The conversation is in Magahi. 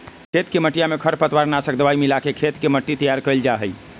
खेत के मटिया में खरपतवार नाशक दवाई मिलाके खेत के मट्टी तैयार कइल जाहई